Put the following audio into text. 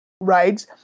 right